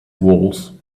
walls